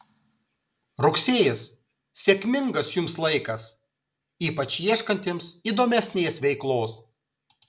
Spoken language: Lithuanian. rugsėjis sėkmingas jums laikas ypač ieškantiems įdomesnės veiklos